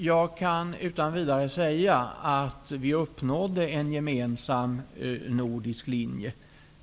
Jag kan utan vidare säga att vi uppnådde en gemensam nordisk linje.